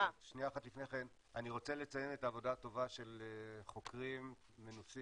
לפני כן אני רוצה לציין את העבודה הטובה של חוקרים מנוסים,